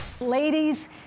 Ladies